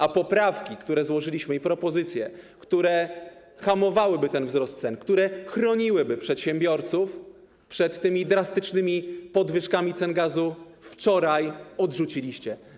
A poprawki, które złożyliśmy, i propozycje, które hamowałyby ten wzrost cen, które chroniłyby przedsiębiorców przed drastycznymi podwyżkami cen gazu, wczoraj odrzuciliście.